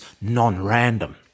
non-random